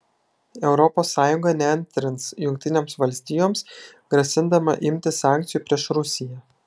europos sąjunga neantrins jungtinėms valstijoms grasindama imtis sankcijų prieš rusiją